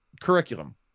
curriculum